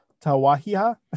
Tawahia